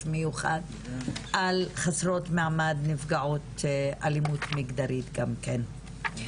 מיוחד על חסרות מעמד נפגעות אלימות מגדרית גם כן.